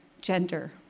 gender